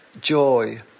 joy